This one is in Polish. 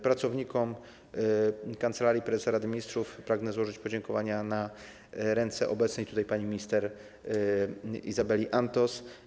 Pracownikom Kancelarii Prezesa Rady Ministrów pragnę złożyć podziękowania na ręce obecnej tutaj pani minister Izabeli Antos.